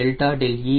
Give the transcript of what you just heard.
5525 0